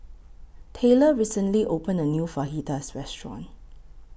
Tayla recently opened A New Fajitas Restaurant